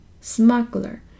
Smuggler